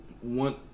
one